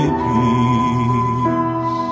peace